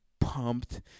pumped